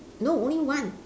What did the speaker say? no only one